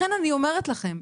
לכן אני אומרת לכם,